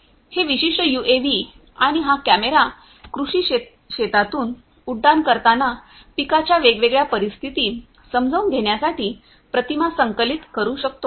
हे विशिष्ट यूएव्ही आणि हा कॅमेरा कृषी शेतातून उड्डाण करताना पिकाच्या वेगवेगळ्या परिस्थिती समजून घेण्यासाठी प्रतिमा संकलित करू शकतो